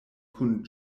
kun